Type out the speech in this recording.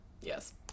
yes